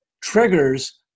triggers